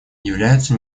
являются